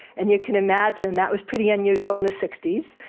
and you can imagine that was pretty unusual in the sixty s.